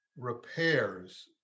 repairs